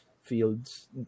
fields